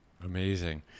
Amazing